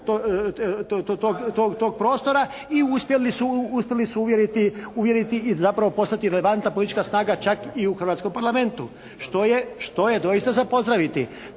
tog prostora i uspjeli su uvjeriti i zapravo postati relevantna politička snaga čak i u hrvatskom Parlamentu što je doista za pozdraviti.